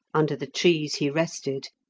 under the trees he rested,